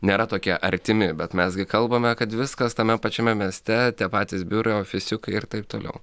nėra tokie artimi bet mes gi kalbame kad viskas tame pačiame mieste tie patys biura ofisiukai ir taip toliau